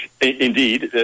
Indeed